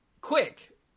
quick